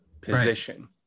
position